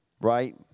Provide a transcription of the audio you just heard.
right